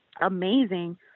amazing